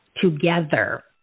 together